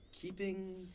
keeping